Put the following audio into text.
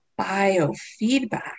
biofeedback